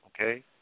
Okay